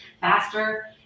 faster